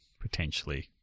potentially